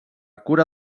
cura